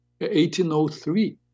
1803